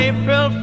April